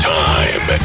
time